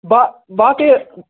با باقٕے